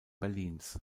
berlins